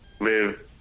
live